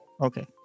Okay